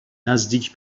نزدیک